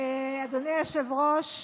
אדוני היושב-ראש,